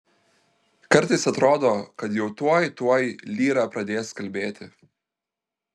kartais atrodo kad jau tuoj tuoj lyra pradės kalbėti